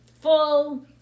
full